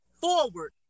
forward